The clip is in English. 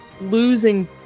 losing